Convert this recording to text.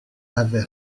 avait